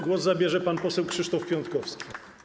Głos zabierze pan poseł Krzysztof Piątkowski.